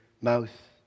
mouth